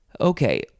Okay